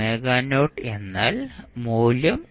ɑ എന്നാൽ മൂല്യം